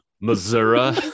Missouri